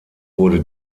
wurde